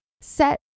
Set